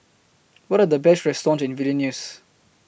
What Are The Best restaurants Vilnius